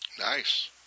Nice